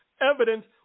evidence